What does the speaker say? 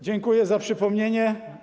Dziękuję za przypomnienie.